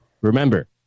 remember